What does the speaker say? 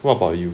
what about you